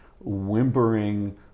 whimpering